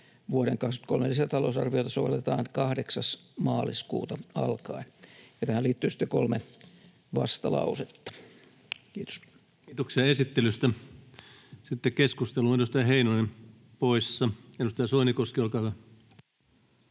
vuoden 23 lisätalousarviota sovelletaan 8. maaliskuuta alkaen. Tähän liittyy sitten kolme vastalausetta. — Kiitos. Kiitoksia esittelystä. — Sitten keskusteluun. Edustaja Heinonen poissa. — Edustaja Soinikoski, olkaa hyvä.